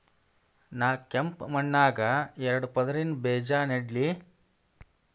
ನಾ ಕೆಂಪ್ ಮಣ್ಣಾಗ ಎರಡು ಪದರಿನ ಬೇಜಾ ನೆಡ್ಲಿ?